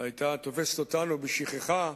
היתה תופסת אותנו בשכחה,